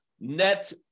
net